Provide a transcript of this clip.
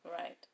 Right